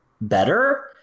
better